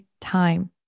time